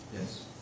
Yes